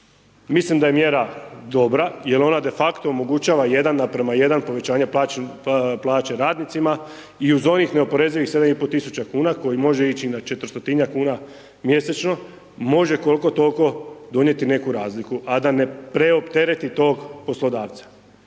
Mislim da je mjera dobra jer ona defakto omogućava 1:1 povećanje plaće radnicima i uz onih neoporezivih 7.500 tisuća kuna koji može ići i na 400-tinjak kuna mjesečno može koliko toliko donijeti neku razliku, a da ne preoptereti tog poslodavca.